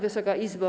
Wysoka Izbo!